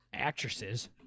Actresses